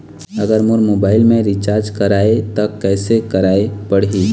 अगर मोर मोबाइल मे रिचार्ज कराए त कैसे कराए पड़ही?